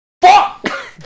fuck